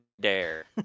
dare